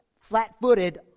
flat-footed